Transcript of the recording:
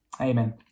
Amen